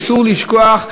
אסור לשכוח,